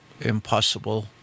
impossible